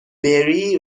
بری